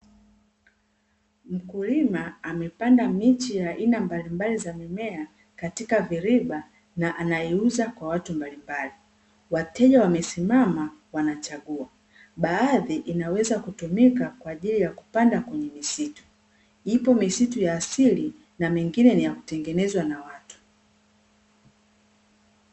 Mkulima amepanda miche ya aina mbalimbali za mimea katika viriba na anaiuza kwa watu mbalimbali, wateja wamesimama wanachagua, baadhi inaweza kutumika kwa ajili ya kupanda kwenye misitu, ipo misitu ya asili na mingine ni ya kutengenezwa na watu.